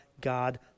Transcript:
God